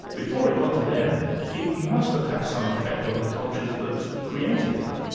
before it got to them it must have had some effect on the cultures that created it.